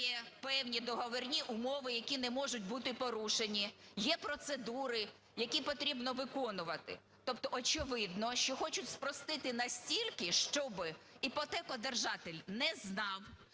є певні договірні умови, які не можуть бути порушені, є процедури, які потрібно виконувати. Тобто, очевидно, що хочуть спростити настільки, щоб іпотекодержатель не знав,